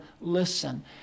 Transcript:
listen